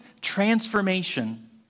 transformation